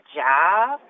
job